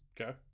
Okay